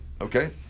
Okay